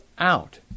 Out